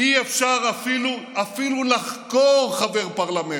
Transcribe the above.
אי-אפשר אפילו לחקור חבר פרלמנט.